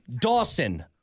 Dawson